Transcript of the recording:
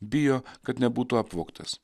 bijo kad nebūtų apvogtas